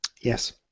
Yes